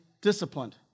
disciplined